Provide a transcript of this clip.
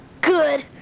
good